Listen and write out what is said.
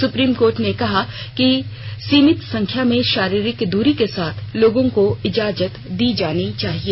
supreme court ने कहा कि सीमित संख्या में शारीरिक दूरी के साथ लोगों को इजाजत दी जानी चाहिए